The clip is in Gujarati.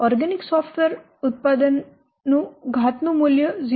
ઓર્ગેનિક સોફ્ટવેર ઉત્પાદન નું ઘાતનું મૂલ્ય 0